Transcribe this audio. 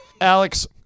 Alex